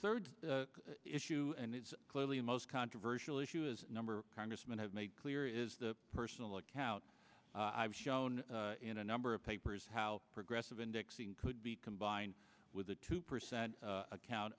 third issue and it's clearly a most controversial issue is a number of congressmen have made clear is the personal account i've shown in a number of papers how progressive indexing could be combined with the two percent account